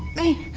me.